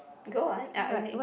go on